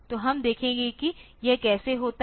तो हम देखते हैं कि यह कैसे होता है